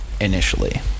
initially